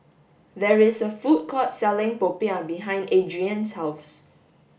there is a food court selling popiah behind Adrienne's house